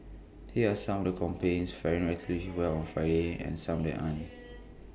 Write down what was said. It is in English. here are some of the companies faring relatively well on Friday and some that aren't